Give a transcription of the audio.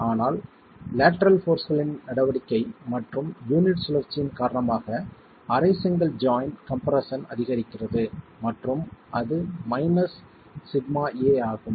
ஆனால் லேட்டரல் போர்ஸ்களின் நடவடிக்கை மற்றும் யூனிட் சுழற்சியின் காரணமாக அரை செங்கல் ஜாய்ண்ட் கம்ப்ரெஸ்ஸன் அதிகரிக்கிறது மற்றும் அது σa ஆகும்